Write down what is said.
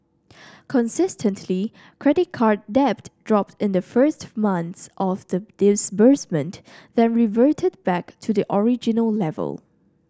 consistently credit card debt dropped in the first months after the disbursement then reverted back to the original level